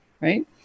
right